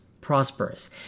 prosperous